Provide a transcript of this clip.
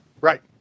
Right